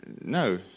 No